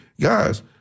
guys